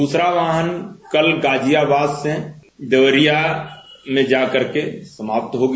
दूसरा वाहन कल गाजियाबाद से देवरिया में जा करके समाप्त होगी